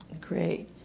Great